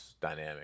dynamic